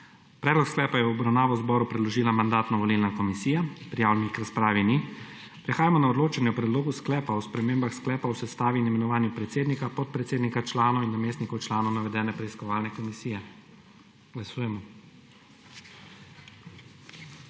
Predlog sklepa je v obravnavo zboru predložila Mandatno-volilna komisija. Prijavljenih k razpravi ni. Prehajamo na odločanje o Predlogu sklepa o spremembi sklepa o sestavi in imenovanju predsednika, podpredsednika, članov in namestnikov članov navedene preiskovalne komisije. Glasujemo.